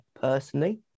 personally